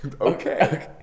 Okay